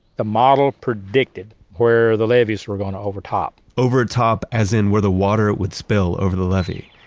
the model predicted where the levees were going to overtop. overtop as in where the water would spill over the levee,